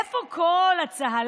איפה כל הצהלה,